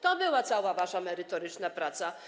To była cała wasza merytoryczna praca.